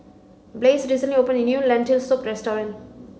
Blaise recently opened a new Lentil Soup Restaurant